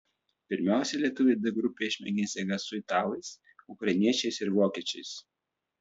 pirmiausia lietuviai d grupėje išmėgins jėgas su italais ukrainiečiais ir vokiečiais